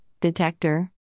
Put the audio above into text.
detector